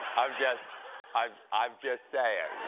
i'm just i'm i'm just saying.